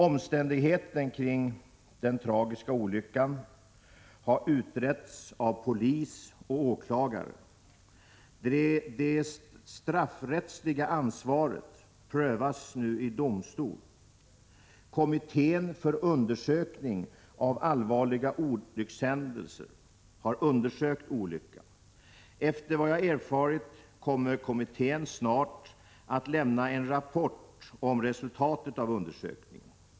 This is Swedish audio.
Omständigheterna kring den tragiska olyckan har utretts av polis och åklagare. Det straffrättsliga ansvaret prövas nu i domstol. Kommittén för undersökning av allvarliga olyckshändelser har undersökt olyckan. Efter vad jag erfarit kommer kommittén snart att lämna en rapport om resultatet av undersökningen.